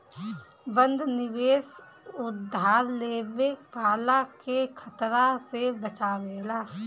बंध निवेश उधार लेवे वाला के खतरा से बचावेला